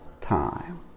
time